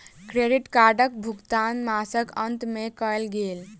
credit कार्डक भुगतान मासक अंत में कयल गेल